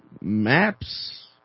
maps